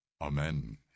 amen